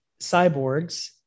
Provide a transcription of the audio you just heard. cyborgs